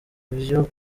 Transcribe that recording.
vyo